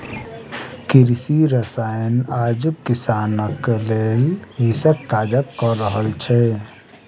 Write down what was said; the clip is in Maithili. कृषि रसायन आजुक किसानक लेल विषक काज क रहल छै